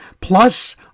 plus